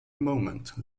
moment